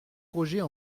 roger